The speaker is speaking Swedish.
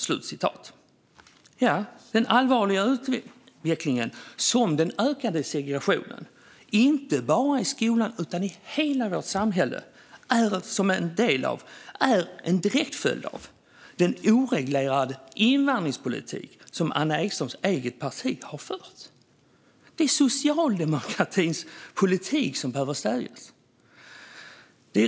Ja, det är en allvarlig utveckling med ökad segregation inte bara i skolan utan i hela vårt samhälle, och den är en direkt följd av en oreglerad invandringspolitik som Anna Ekströms eget parti har fört. Det är socialdemokratins politik som behöver stävjas.